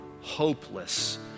hopeless